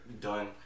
done